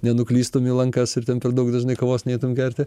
nenuklystum į lankas ir ten per daug dažnai kavos neitum gerti